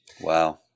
Wow